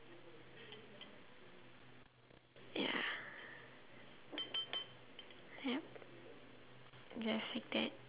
ya ya just like that